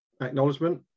acknowledgement